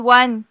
one